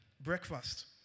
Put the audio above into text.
breakfast